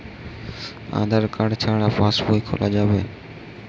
আধার card ছাড়া পাশবই খোলা যাবে কি?